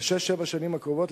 בשש-שבע השנים הקרובות,